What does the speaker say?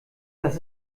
das